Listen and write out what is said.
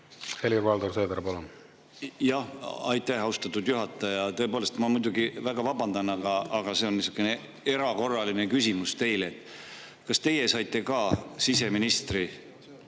Helir-Valdor Seeder, palun! Aitäh, austatud juhataja! Tõepoolest, ma muidugi väga vabandan, aga see on niisugune erakorraline küsimus teile. Kas teie saite ka siseministri